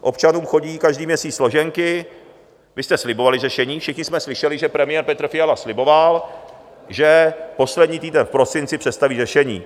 Občanům chodí každý měsíc složenky, vy jste slibovali řešení, všichni jsme slyšeli, že premiér Petr Fiala sliboval, že poslední týden v prosinci představí řešení.